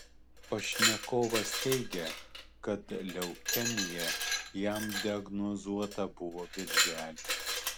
pašnekovas teigia kad leukemija jam diagnozuota buvo birželį